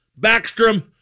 Backstrom